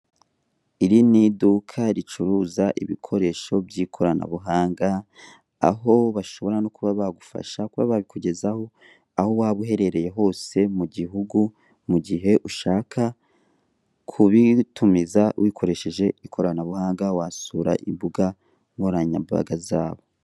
Iri ni iduka ricuruza ibikoresho by'ikoranabuhanga, aho bashobora no kuba bagufasha kuba babikugezaho, aho waba uherereye hose mu gihugu mu gihe ushaka kubitumiza ukoresheje ikoranabuhanga wasura imbuga nkoranyambaga zabo.